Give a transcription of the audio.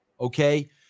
Okay